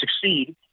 succeed